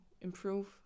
improve